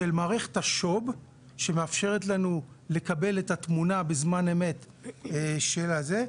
של מערכת השו"ב שמאפשרת לנו לקבל את התמונה בזמן אמרת של הזה.